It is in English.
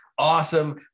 awesome